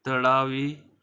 थळावी